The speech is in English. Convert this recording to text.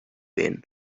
been